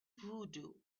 voodoo